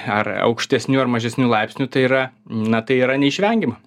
ar aukštesniu ar mažesniu laipsniu tai yra na tai yra neišvengiama